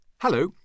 Hello